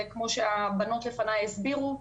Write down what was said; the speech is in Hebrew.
כמו שהדוברות לפניי הסבירו,